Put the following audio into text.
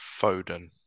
Foden